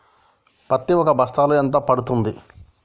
పత్తి ఒక బస్తాలో ఎంత పడ్తుంది?